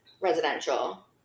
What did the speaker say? residential